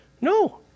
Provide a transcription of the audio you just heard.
No